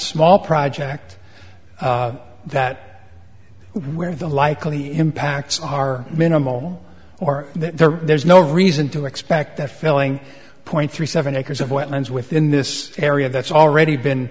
small project that where the likely impacts are minimal or there there's no reason to expect that filling point three seven acres of wetlands within this area that's already